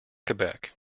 quebec